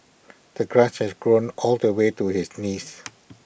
the grass has grown all the way to his knees